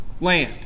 land